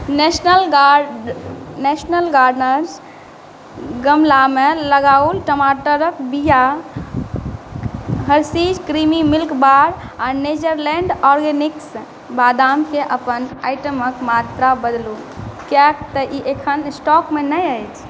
national Guard National Gardens गमलामे लगाओल टमाटरके बिआ हर्शीज क्रीमी मिल्कबार आओर नेचरलैण्ड ऑर्गेनिक्स बादामके अपन आइटमके मात्रा बदलू किएकतँ ई एखन स्टॉकमे नहि अछि